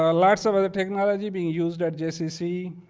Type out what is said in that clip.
ah lots of other technology being used at jccc,